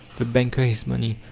the banker his money,